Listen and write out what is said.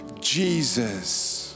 Jesus